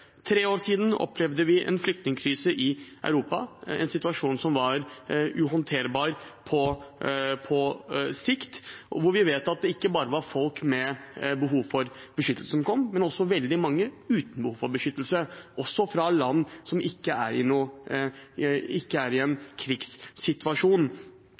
tre år siden opplevde vi en flyktningkrise i Europa, en situasjon som var uhåndterbar på sikt, og der vi vet at det ikke bare var folk med behov for beskyttelse som kom, men også veldig mange uten behov for beskyttelse, også fra land som ikke er i en krigssituasjon. Når vi vet om befolkningsveksten i